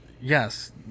Yes